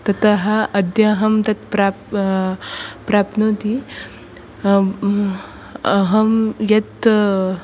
ततः अद्य अहं तत् प्राप्नोमि प्राप्नोमि अहं यत्